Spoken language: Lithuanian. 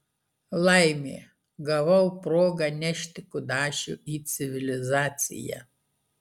laimė gavau progą nešti kudašių į civilizaciją